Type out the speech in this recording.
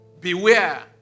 Beware